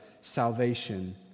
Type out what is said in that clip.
salvation